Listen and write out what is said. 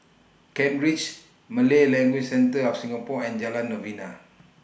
Kent Ridge Malay Language Centre of Singapore and Jalan Novena